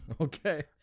Okay